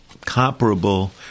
comparable